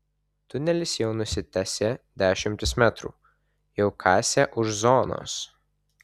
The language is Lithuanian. tunelis jau nusitęsė dešimtis metrų jau kasė už zonos